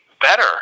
better